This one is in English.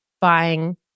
buying